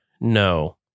No